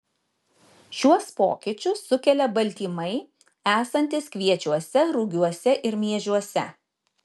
šiuos pokyčius sukelia baltymai esantys kviečiuose rugiuose ir miežiuose